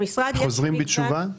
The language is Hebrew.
חוזרים בתשובה?